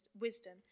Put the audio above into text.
wisdom